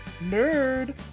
nerd